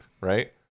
right